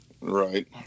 Right